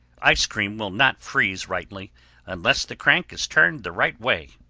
ice cream will not freeze rightly unless the crank is turned the right way.